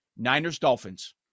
Niners-Dolphins